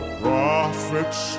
prophets